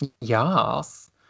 Yes